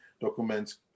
documents